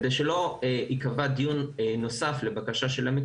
על מנת שלא ייקבע דיון נוסף לבקשה של עמק